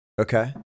Okay